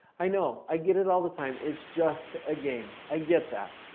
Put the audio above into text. i know. i get it all the time. it's just a game. i get that.